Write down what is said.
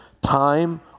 time